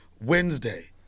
Wednesday